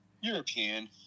European